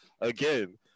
again